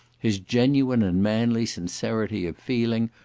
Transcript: his genuine and manly sincerity of feeling,